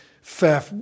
fair